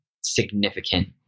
significant